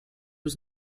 was